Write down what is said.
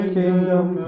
kingdom